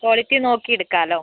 quality നോക്കി എടുക്കാമല്ലോ